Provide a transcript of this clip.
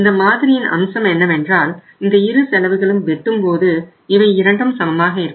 இந்த மாதிரியின் அம்சம் என்னவென்றால் இந்த இரு செலவுகளும் வெட்டும் போது இவை இரண்டும் சமமாக இருக்கும்